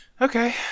okay